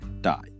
die